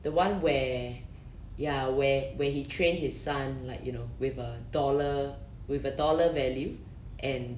the one where ya where where he trained his son like you know with a dollar with a dollar value and